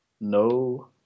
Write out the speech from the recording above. no